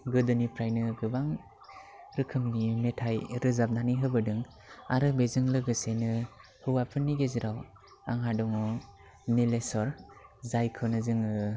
गोदोनिफ्रायनो गोबां रोखोमनि मेथाइ रोजाबनानै होबोदों आरो बेजों लोगोसेनो हौवाफोरनि गेजेराव आंहा दङ निलेस्वर जायखौनो जोङो